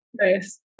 Nice